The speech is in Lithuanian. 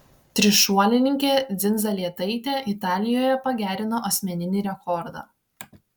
trišuolininkė dzindzaletaitė italijoje pagerino asmeninį rekordą